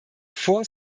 four